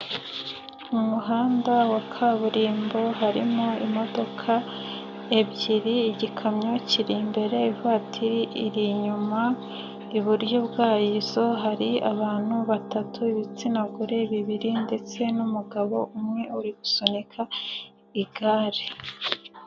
Mu muhanda wa kaburimbo harimo imodoka ebyiri, igikamyo kiri imbere ivatiri iri inyuma, iburyo bwazo hari abantu batatu, ibitsina gore bibiri ndetse n'umugabo umwe uri gusunika igare.